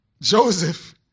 Joseph